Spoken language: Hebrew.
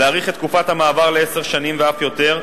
להאריך את תקופת המעבר לעשר שנים ואף יותר,